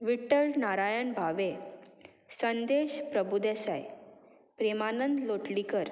Whittle Narayan Bhave Sandesh Prabhudesai Premanand Lotlikar